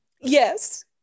Yes